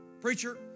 Preacher